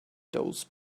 those